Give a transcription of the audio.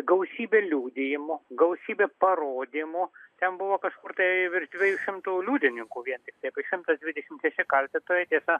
gausybė liudijimų gausybė parodymų ten buvo kažkur tai virš dviejų šimtų liudininkų vien tik tai apie šimtas dvidešimt šeši kaltintojai tiesa